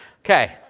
Okay